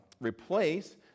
replace